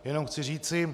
Jenom chci říci...